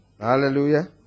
Hallelujah